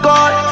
God